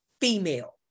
female